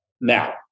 now